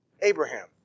Abraham